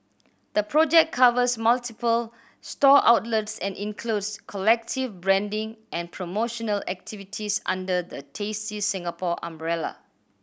the project covers multiple store outlets and includes collective branding and promotional activities under the Tasty Singapore umbrella